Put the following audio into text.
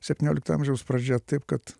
septyniolikto amžiaus pradžia taip kad